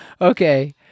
Okay